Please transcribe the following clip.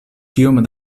kiom